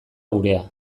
gurea